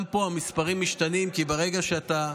גם פה המספרים משתנים, כי ברגע שאתה,